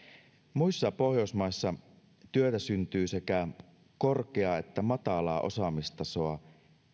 muissa pohjoismaissa työtä syntyy sekä korkeaa että matalaa osaamistasoa